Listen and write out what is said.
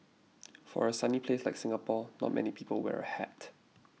for a sunny place like Singapore not many people wear a hat